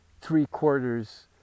three-quarters